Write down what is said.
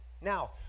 Now